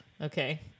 Okay